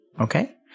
Okay